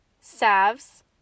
salves